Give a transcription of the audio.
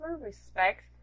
respect